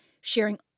sharing